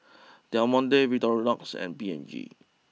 Del Monte Victorinox and P and G